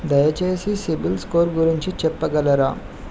దయచేసి CIBIL score గురించి చెప్పగలరా?